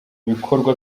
bikorwa